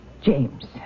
James